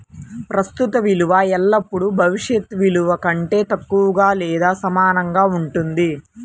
ప్రస్తుత విలువ ఎల్లప్పుడూ భవిష్యత్ విలువ కంటే తక్కువగా లేదా సమానంగా ఉంటుంది